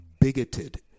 bigoted